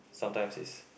sometimes is